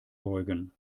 beugen